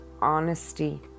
honesty